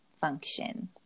function